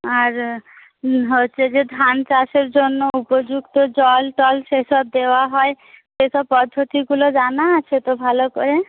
আর হচ্ছে যে ধান চাষের জন্য উপযুক্ত জল টল সেসব দেওয়া হয় এসব পদ্ধতিগুলো জানা আছে তো ভালো করে